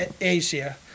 Asia